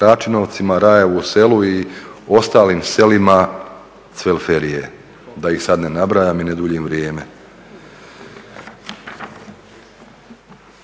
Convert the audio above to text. Račinovcima i Rajevom Selu i ostalim selima Cvelferije da ih sada ne nabrajam i ne duljim vrijeme.